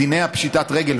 בדיני פשיטת רגל,